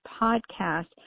podcast